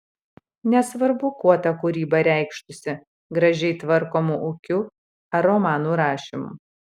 nesvarbu kuo ta kūryba reikštųsi gražiai tvarkomu ūkiu ar romanų rašymu